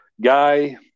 guy